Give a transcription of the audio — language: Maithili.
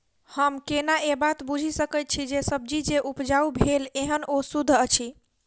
हम केना ए बात बुझी सकैत छी जे सब्जी जे उपजाउ भेल एहन ओ सुद्ध अछि?